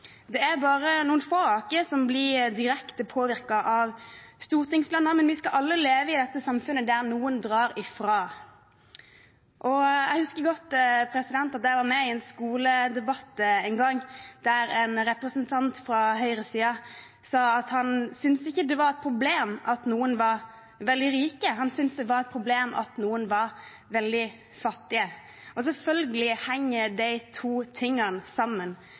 Det er bare noen få av oss som blir direkte påvirket av stortingslønnen, men vi skal alle leve i dette samfunnet, der noen drar ifra. Jeg husker godt at jeg var med i en skoledebatt en gang der en representant fra høyresiden sa at han ikke syntes det var et problem at noen var veldig rike. Han syntes det var et problem at noen var veldig fattige. Selvfølgelig henger de to tingene sammen.